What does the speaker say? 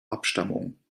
abstammung